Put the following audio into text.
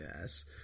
yes